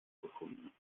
gefunden